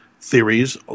theories